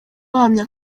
ahamya